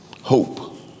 Hope